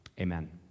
Amen